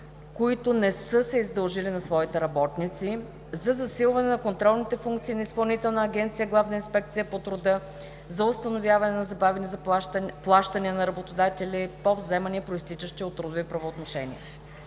които не са се издължили на своите работници; за засилване на контролните функции на Изпълнителната агенция „Главна инспекция по труда“ за установяване на забавени плащания на работодателя по вземания, произтичащи от трудови правоотношения.